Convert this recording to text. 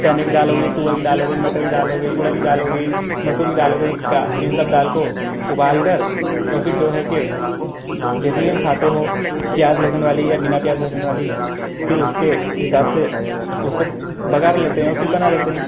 चने की दाल हो गई तुअर की दाल हो गई मटर की दाल हो गई उड़द की दाल हो गई मसूर की दाल हो गई का इन सब दाल को उबाल कर और फिर जो है कि जैसे भी हम खाते हो प्याज़ लहसुन वाली या बिना प्याज़ लहसुन वाली फिर उसके हिसाब से उसको बगार लेते हैं और फिर बना लेते हैं